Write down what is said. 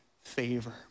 favor